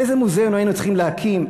איזה מוזיאון היינו צריכים להקים,